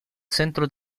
centro